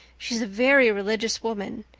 she's a very religious woman.